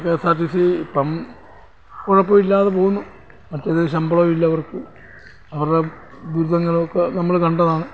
കേ S R T C ഇപ്പം കുഴപ്പം ഇല്ലാതെ പോകുന്നു മറ്റേത് ശമ്പളമില്ല അവർക്ക് അവരുടെ ദുരിതങ്ങളൊക്കെ നമ്മൾ കണ്ടതാണ്